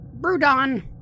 Brudon